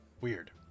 Weird